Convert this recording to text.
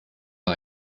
war